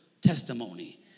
testimony